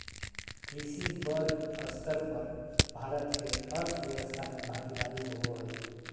कृषि बड़ स्तर पर भारत के अर्थव्यवस्था में भागीदारी होबो हइ